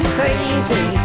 crazy